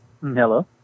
Hello